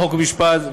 חוק ומשפט,